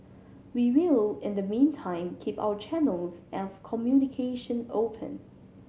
we will in the meantime keep our channels of communication open